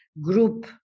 group